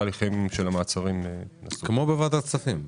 ההליכים של המעצרים --- כמו בוועדת כספים,